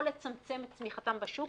או לצמצם את צמיחתם בשוק.